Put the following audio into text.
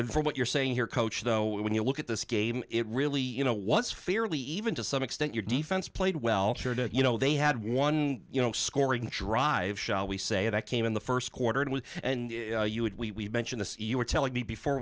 in for what you're saying here coach though when you look at this game it really you know was fairly even to some extent your defense played well sure that you know they had one you know scoring drive shall we say that came in the first quarter when you would we mentioned you were telling me before